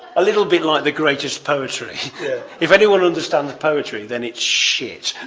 a little bit like the greatest poetry if anyone understands poetry then it's shit.